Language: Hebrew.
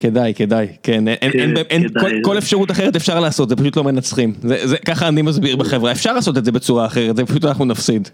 כדאי כדאי כן אין כל אפשרות אחרת אפשר לעשות זה פשוט לא מנצחים זה ככה אני מסביר בחברה אפשר לעשות את זה בצורה אחרת זה פשוט אנחנו נפסיד